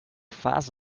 fast